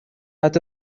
حتا